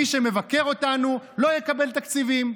מי שמבקר אותנו לא יקבל תקציבים,